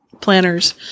planners